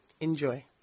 enjoy